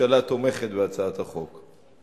הממשלה תומכת בהצעת החוק.